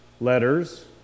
letters